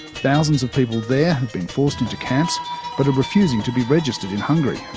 thousands of people there has been forced into camps but are refusing to be registered in hungary.